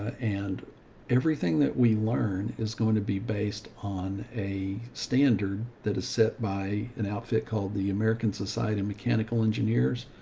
and everything that we learn is going to be based on a standard that is set by an outfit called the american society of and mechanical engineers,